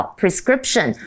prescription